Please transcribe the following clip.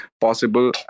possible